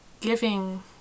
giving